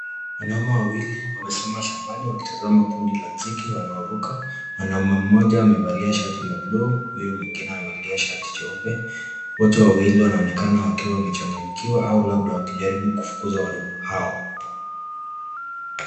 Wanaume wawili wamesimama shambani wakitazama kundi la nzige wanaoruka, mwanaume mmoja amevalia la buluu, huyo mwingine amevalia shati cheupe, wote wawili wanaonekana wakiwa wamechanganyikiwa au labda wakijaribu kufukuza wadudu hao.